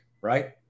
right